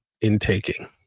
intaking